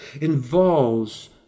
involves